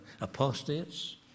apostates